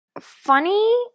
funny